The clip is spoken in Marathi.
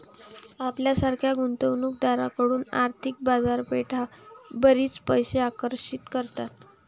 आपल्यासारख्या गुंतवणूक दारांकडून आर्थिक बाजारपेठा बरीच पैसे आकर्षित करतात